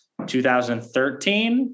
2013